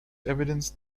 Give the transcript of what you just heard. evidence